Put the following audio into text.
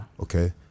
okay